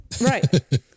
Right